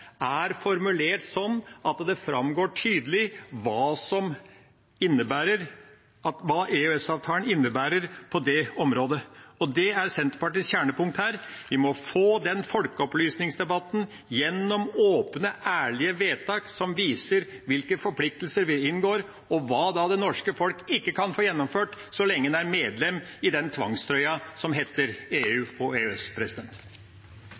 er formulert sånn at det framgår tydelig hva EØS-avtalen innebærer på det området. Det er Senterpartiets kjernepunkt her: Vi må få en folkeopplysningsdebatt gjennom åpne og ærlige vedtak som viser hvilke forpliktelser vi påtar oss, og hva det norske folk ikke kan få gjennomført så lenge vi er medlem i den tvangstrøya som heter